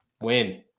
Win